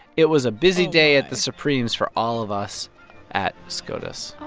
it was a busy day at the supremes for all of us at scotus oh,